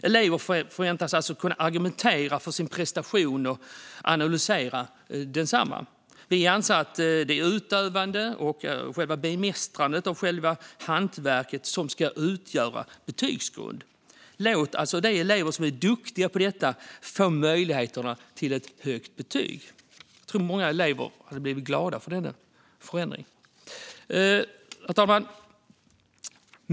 Elever förväntas kunna argumentera för sin prestation och analysera densamma. Vi anser att det är utövandet och bemästrandet av själva hantverket som ska utgöra betygsgrund. Låt de elever som är duktiga på detta få möjlighet till ett högt betyg! Jag tror att många elever hade blivit glada över en sådan förändring. Herr talman!